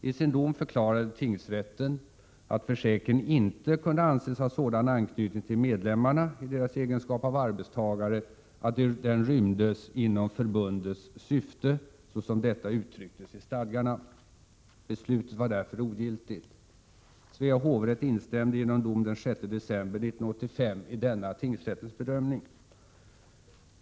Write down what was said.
I sin dom förklarade tingsrätten, att försäkringen inte kunde anses ha sådan anknytning till medlemmarna i deras egenskap av arbetstagare att den rymdes inom förbundets syfte såsom detta uttrycktes i stadgarna. Beslutet var därför ogiltigt. Svea hovrätt instämde genom dom den 6 december 1985 i denna tingsrättens bedömning.